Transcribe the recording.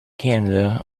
canada